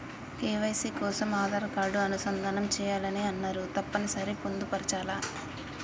KYC కోసం Aadhaar card అనుసంధానం చేయాలని అన్నరు తప్పని సరి పొందుపరచాలా?